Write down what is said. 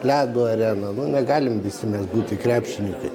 ledo arena nu negalim visi mes būti krepšininkai